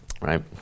Right